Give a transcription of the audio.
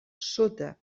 sota